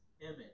image